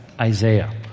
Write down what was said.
Isaiah